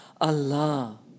Allah